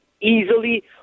easily